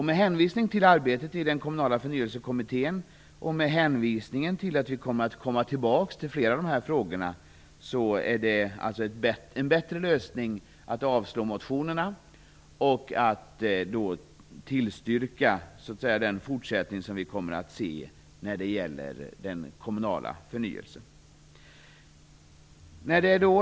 Med hänvisning till arbetet i den Kommunala förnyelsekommittén och till att vi kommer tillbaka till flera av dessa frågor är det en bättre lösning att avslå motionerna, och att tillstyrka den fortsättning vi kommer att se inom den kommunala förnyelsen.